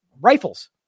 rifles